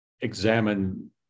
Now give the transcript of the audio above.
examine